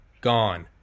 gone